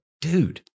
dude